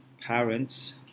parents